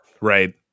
right